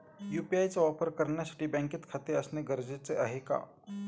UPI चा वापर करण्यासाठी बँकेत खाते असणे गरजेचे आहे का?